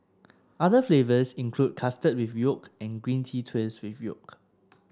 other flavours include custard with yolk and green tea twist with yolk